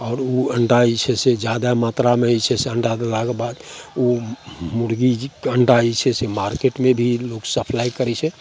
आओर ओ अण्डा जे छै से जादा मात्रामे जे छै से अण्डा देलाके बाद ओ मुरगी अण्डा जे छै से मारकेटमे भी लोक सप्लाइ करै छै